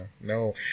no